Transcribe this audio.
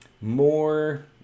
more